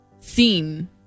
seen